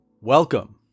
Welcome